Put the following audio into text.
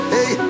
Hey